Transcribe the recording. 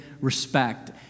respect